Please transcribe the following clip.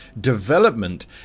development